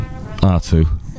R2